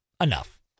enough